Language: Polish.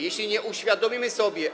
Jeśli nie uświadomimy sobie.